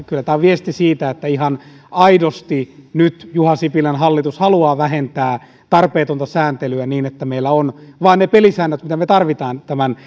kyllä viesti siitä että ihan aidosti nyt juha sipilän hallitus haluaa vähentää tarpeetonta sääntelyä niin että meillä on vain ne pelisäännöt mitä me tarvitsemme tämän